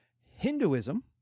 Hinduism